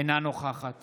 אינה נוכחת